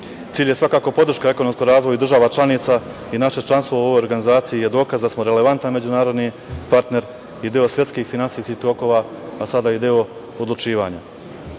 Cilj je podrška ekonomskom razvoju država članica i naše članstvo u ovoj organizaciji je dokaz da smo relevantan međunarodni partner i deo svetskih i finansijskih tokova, a sada i deo odlučivanja. Naše